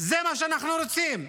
זה מה שאנחנו רוצים.